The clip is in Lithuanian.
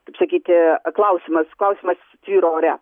kaip sakyti klausimas klausimas tvyro ore